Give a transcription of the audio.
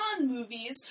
movies